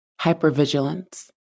hypervigilance